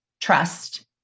trust